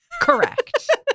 correct